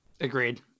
Agreed